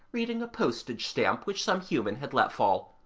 reading a postage-stamp which some human had let fall,